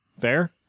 Fair